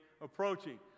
approaching